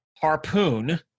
harpoon